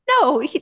No